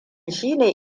shine